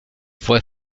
fue